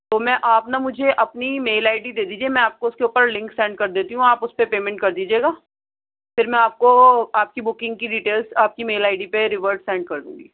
تو میں آپ نا مجھے اپنی میل آئی ڈی دے دیجئے میں آپ کو اُس کے اُوپر لنک سینڈ کر دیتی ہوں آپ اُس پہ پیمنٹ کر دیجئے گا پھر میں آپ کو آپ کی بکنگ کی ڈیٹیلس آپ کی میل آئی ڈی پہ ریورڈ سینڈ کر دوں گی